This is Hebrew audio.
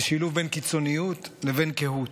ושילוב בין קיצוניות לבין קהות.